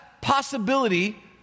possibility